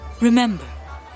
Remember